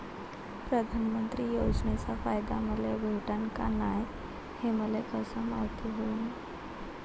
प्रधानमंत्री योजनेचा फायदा मले भेटनं का नाय, हे मले कस मायती होईन?